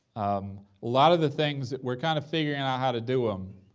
a lot of the things that we're kind of figuring out how to do em,